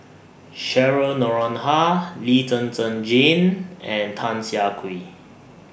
Cheryl Noronha Lee Zhen Zhen Jane and Tan Siah Kwee